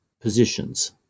positions